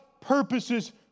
purposes